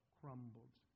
crumbled